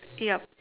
yep